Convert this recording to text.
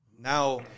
now